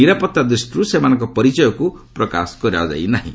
ନିରାପଭା ଦୃଷ୍ଟିରୁ ସେମାନଙ୍କ ପରିଚୟକୁ ପ୍ରକାଶ କରାଯାଇ ନାହିଁ